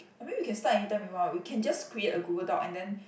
I mean we can start any time we want we can just create a Google doc and then